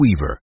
Weaver